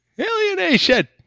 Alienation